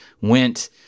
went